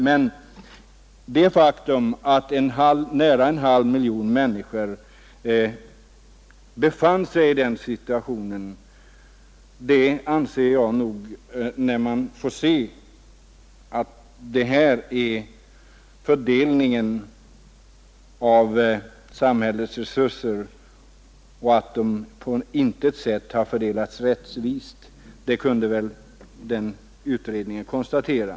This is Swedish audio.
Men det faktum att nära en halv miljon människor befann sig i denna situation och att samhällets resurser ingalunda har fördelats rättvist kunde utredningen konstatera.